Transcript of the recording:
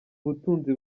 ubutunzi